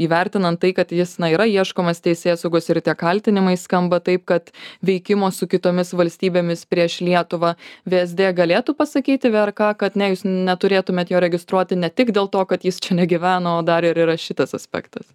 įvertinant tai kad jis yra ieškomas teisėsaugos ir tie kaltinimai skamba taip kad veikimo su kitomis valstybėmis prieš lietuvą vsd galėtų pasakyti vrk kad ne jūs neturėtumėt jo registruoti ne tik dėl to kad jis čia negyvena o dar ir yra šitas aspektas